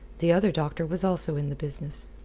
the other doctor was also in the business.